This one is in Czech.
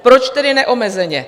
Proč tedy neomezeně?